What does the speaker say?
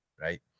Right